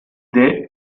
the